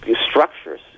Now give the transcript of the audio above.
structures